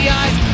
eyes